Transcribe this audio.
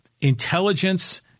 intelligence